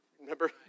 Remember